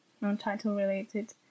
non-title-related